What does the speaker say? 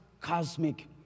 cosmic